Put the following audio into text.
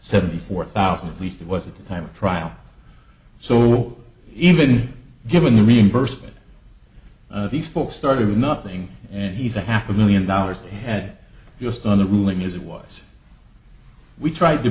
seventy four thousand at least it was at the time of trial so even given the reimbursement these folks started with nothing and he's a half a million dollars he had just done the ruling as it was we tried to